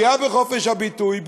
פגיעה בחופש הביטוי,